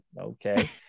Okay